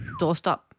Doorstop